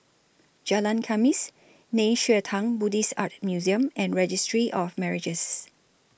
Jalan Khamis Nei Xue Tang Buddhist Art Museum and Registry of Marriages